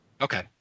okay